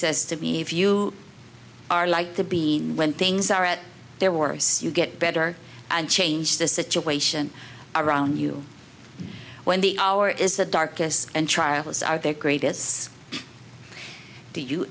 says to me if you are like to be when things are at their worse you get better and change the situation around you when the hour is the darkest and trials are their greatest do you